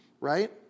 Right